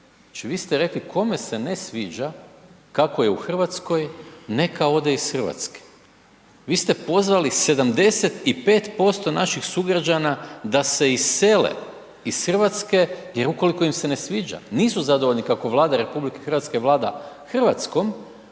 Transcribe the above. vi ste rekli kome se ne sviđa kako je u Hrvatskoj neka ode iz Hrvatske. Vi ste pozvali 75% naših sugrađana da se isele iz Hrvatske gdje ukoliko ime se ne sviđa, nisu zadovoljni kako Vlada RH vlada Hrvatskom